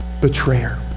betrayer